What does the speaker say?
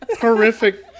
horrific